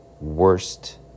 worst